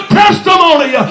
testimony